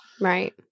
Right